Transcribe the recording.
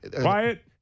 Quiet